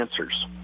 answers